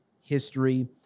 history